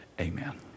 amen